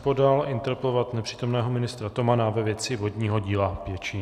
Podal interpelovat nepřítomného ministra Tomana ve věci vodního díla Pěčín.